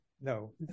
no